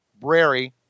brary